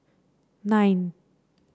nine